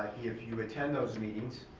if you attend those meetings,